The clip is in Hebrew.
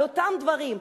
על אותם דברים.